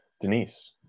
Denise